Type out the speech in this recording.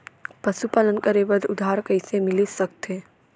पशुपालन करे बर उधार कइसे मिलिस सकथे?